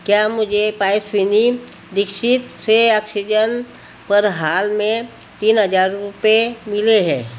क्या मुझे पायस्विनी दीक्षित से अक्सीजन पर हाल में तीन हजार रुपये मिले है